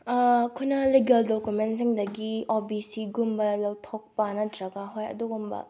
ꯑꯩꯈꯣꯏꯅ ꯂꯤꯒꯦꯜ ꯗꯣꯀꯨꯃꯦꯟꯁꯤꯡꯗꯒꯤ O B ꯁꯤꯒꯨꯝꯕ ꯂꯧꯊꯣꯛꯄ ꯅꯠꯇ꯭ꯔꯒ ꯍꯣꯏ ꯑꯗꯨꯒꯨꯝꯕ